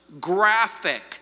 graphic